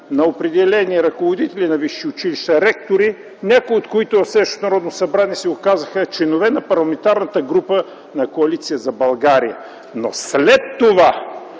на определени ръководители на висши училища, ректори, някои от които в следващото Народно събрание се оказаха членове на Парламентарната група на Коалиция за България. Но след това,